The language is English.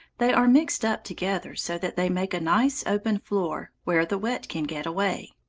they are mixed up together so that they make a nice open floor, where the wet can get away.